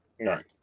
right